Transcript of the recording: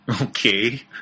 Okay